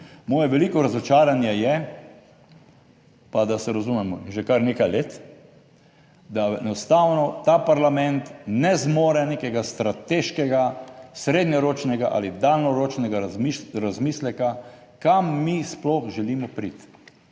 Moje veliko razočaranje je pa, da se razumemo že kar nekaj let, da enostavno ta parlament ne zmore nekega strateškega, srednjeročnega ali dolgoročnega razmisleka, kam mi sploh želimo priti.